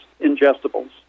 ingestibles